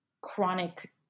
chronic